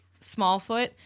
smallfoot